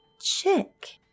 chick